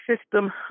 system